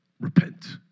Repent